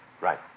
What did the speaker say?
Right